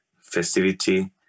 festivity